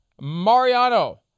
Mariano